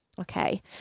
okay